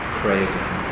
craving